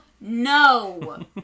no